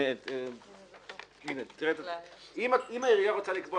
אם העירייה רוצה לקבוע